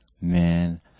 man